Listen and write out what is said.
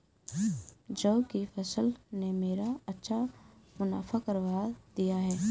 जौ की फसल ने मेरा अच्छा मुनाफा करवा दिया